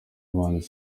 n’abahanzi